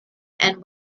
and